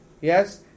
yes